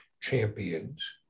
Champions